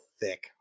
thick